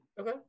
Okay